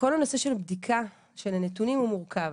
כל הנושא של בדיקה של הנתונים הוא מורכב,